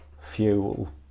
fuel